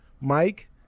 Mike